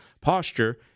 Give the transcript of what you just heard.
posture –